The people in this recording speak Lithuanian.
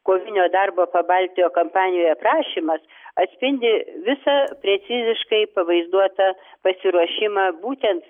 kovinio darbo pabaltijo kampanijoje aprašymas atspindi visą preciziškai pavaizduotą pasiruošimą būtent